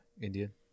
Indian